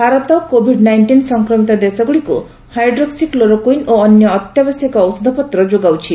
Bharat Covid nineteen ସଫକ୍ରମିତ ଦେଶଗୁଡ଼ିକୁ hydroxychloroquine ଓ ଅନ୍ୟ ଅତ୍ୟାବଶ୍ୟକ ଔଷଧପତ୍ର ଯୋଗାଉଛି